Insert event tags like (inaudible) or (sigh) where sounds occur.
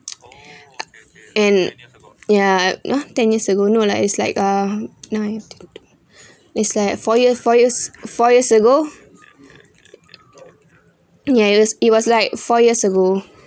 (noise) (breath) and ya !huh! ten years ago no lah it's like uh nine it's like four years four years four years ago ya it was it was like four years ago